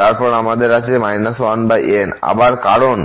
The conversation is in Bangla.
তারপর আমাদের আছে 1n আবার কারণ